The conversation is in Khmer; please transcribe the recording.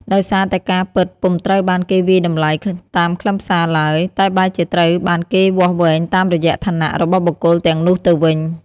ដោយសារតែការពិតពុំត្រូវបានគេវាយតម្លៃតាមខ្លឹមសារឡើយ តែបែរជាត្រូវបានគេវាស់វែងតាមរយៈឋានៈរបស់បុគ្គលទាំងនោះទៅវិញ។